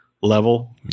level